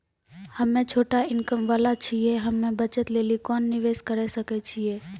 हम्मय छोटा इनकम वाला छियै, हम्मय बचत लेली कोंन निवेश करें सकय छियै?